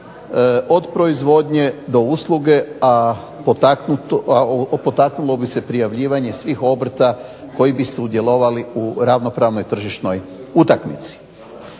od proizvodnje do usluge, a potaknulo bi se prijavljivanje svih obrta koji bi sudjelovali u ravnopravnoj tržišnoj utakmici.